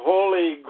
Holy